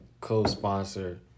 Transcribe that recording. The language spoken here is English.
co-sponsor